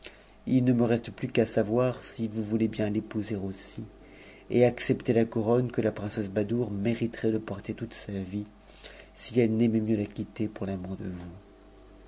il ne me reste plus qu'à savoir si vous voûtez bien l'épouser aussi et accepter la couronne que la princesse badoure mériterait de porter toute sa vie si elle n'aimait mieux la quitter pom l'amour de vous